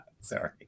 Sorry